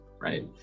right